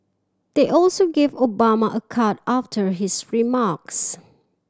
they also gave Obama a card after his remarks